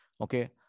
Okay